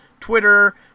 Twitter